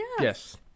Yes